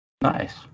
Nice